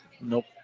Nope